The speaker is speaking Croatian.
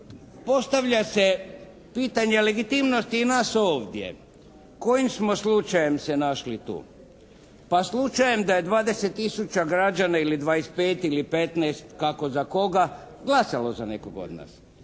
postavlja se pitanje legitimnosti i nas ovdje, kojim smo slučajem se našli tu. Pa slučajem da je 20 tisuća građana ili 25 ili 15, kako za koga, glasalo za nekog od nas.